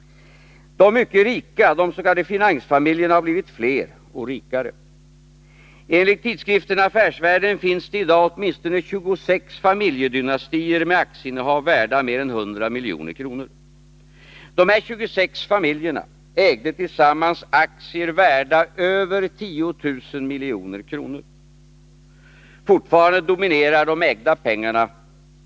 De mycket rika, de s.k. finansfamiljerna, har blivit fler och rikare. Enligt tidskriften Affärsvärlden finns det i dag åtminstone 26 familjedynastier med aktieinnehav värda mer än 100 milj.kr. Dessa 26 familjer äger tillsammans aktier värda över 10 000 milj.kr. Fortfarande dominerar de ärvda pengarna.